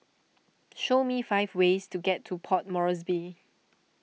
show me five ways to get to Port Moresby